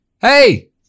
Hey